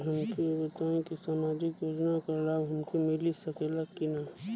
तनि हमके इ बताईं की सामाजिक योजना क लाभ हमके मिल सकेला की ना?